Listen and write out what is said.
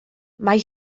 mae